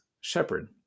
shepherd